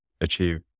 achieve